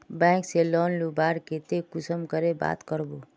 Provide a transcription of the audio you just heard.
Bank से loan लुबार केते कुंसम करे बात करबो?